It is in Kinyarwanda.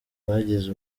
bagize